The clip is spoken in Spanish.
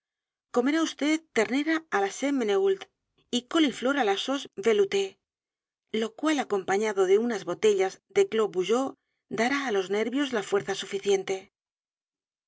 comerá vd ternera á la sainte menehould y coliflor á la sauce veloutée lo cual acompañado de unas botellas de clos vougeot dará álos nervios la fuerza suficiente